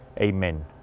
Amen